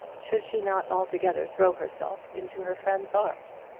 should she not altogether throw herself into her friend's arms?